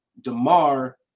DeMar